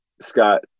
Scott